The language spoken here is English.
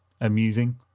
amusing